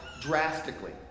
drastically